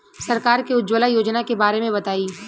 सरकार के उज्जवला योजना के बारे में बताईं?